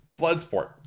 Bloodsport